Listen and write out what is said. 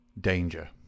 DANGER